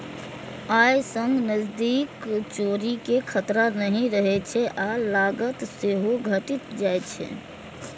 अय सं नकदीक चोरी के खतरा नहि रहै छै आ लागत सेहो घटि जाइ छै